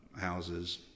houses